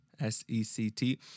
S-E-C-T